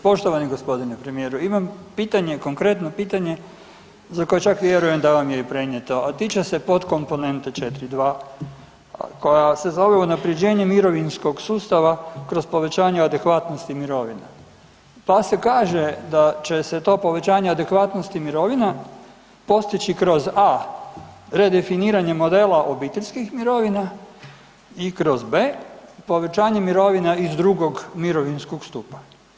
Poštovani g. premijeru, imam pitanje, konkretno pitanje za koje čak vjerujem da vam je i prenijeto, a tiče se potkomponente 4.2., a koja se zove „Unaprjeđenje mirovinskog sustava kroz povećanje adekvatnosti mirovina“, pa se kaže da će se to povećanje adekvatnosti mirovina postići kroz a) redifiniranje modela obiteljskih mirovina i kroz b) povećanjem mirovina iz II. mirovinskog stupa.